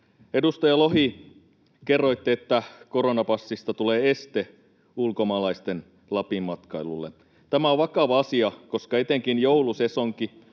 Edustaja Lohi, kerroitte, että koronapassista tulee este ulkomaalaisten Lapin matkailulle. Tämä on vakava asia, koska etenkin joulusesonki